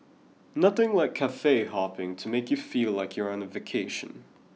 nothing like Cafe Hopping to make you feel like you're on a vacation